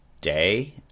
day